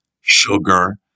sugar